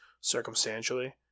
circumstantially